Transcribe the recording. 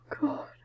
God